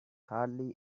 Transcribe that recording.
hardly